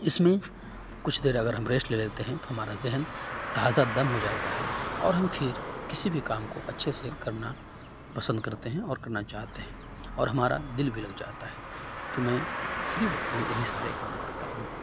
اس میں کچھ دیر اگر ہم ریسٹ لے لیتے ہیں تو ہمارا ذہن تازہ دم ہو جاتا ہے اور ہم پھر کسی بھی کام کو اچھے سے کرنا پسند کرتے ہیں اور کرنا چاہتے ہیں اور ہمارا دل بھی لگ جاتا ہے تو میں فری وقت میں یہی سارے کام کرتا ہوں